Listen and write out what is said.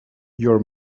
your